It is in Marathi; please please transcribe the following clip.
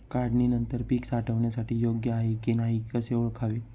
काढणी नंतर पीक साठवणीसाठी योग्य आहे की नाही कसे ओळखावे?